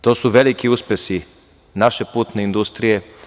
To su veliki uspesi naše putne industrije.